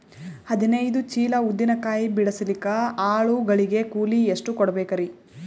ಹದಿನೈದು ಚೀಲ ಉದ್ದಿನ ಕಾಯಿ ಬಿಡಸಲಿಕ ಆಳು ಗಳಿಗೆ ಕೂಲಿ ಎಷ್ಟು ಕೂಡಬೆಕರೀ?